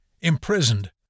imprisoned